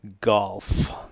Golf